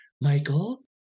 Michael